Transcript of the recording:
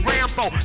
Rambo